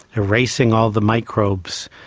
erasing all the microbes,